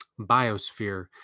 biosphere